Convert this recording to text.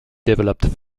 developed